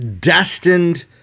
destined